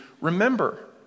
remember